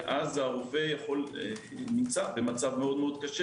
ואז הרופא נמצא במצב קשה.